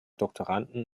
doktoranden